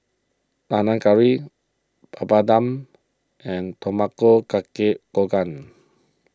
Panang Curry Papadum and Tamago Kake Gohan